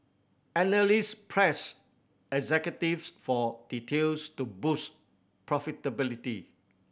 analyst pressed executives for details to boost profitability